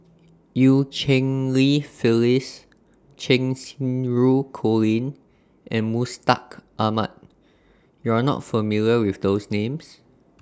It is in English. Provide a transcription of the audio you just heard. EU Cheng Li Phyllis Cheng Xinru Colin and Mustaq Ahmad YOU Are not familiar with those Names